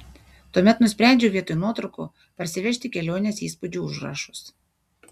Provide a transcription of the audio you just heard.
tuomet nusprendžiau vietoj nuotraukų parsivežti kelionės įspūdžių užrašus